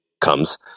comes